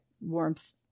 warmth